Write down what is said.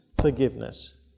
forgiveness